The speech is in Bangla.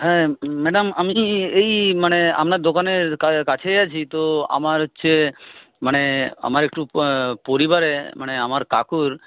হ্যাঁ ম্যাডাম আমি এই মানে আপনার দোকানের কাছে আছি তো আমার হচ্ছে মানে আমার একটু পরিবারে মানে আমার কাকুর